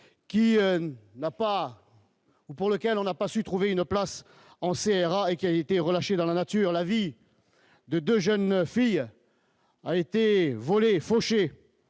pour lequel on n'a pas su trouver une place en CRA et qui a été relâché dans la nature, la vie de 2 jeunes filles a été volé fauchées